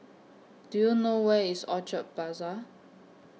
Do YOU know Where IS Orchard Plaza